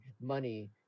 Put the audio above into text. money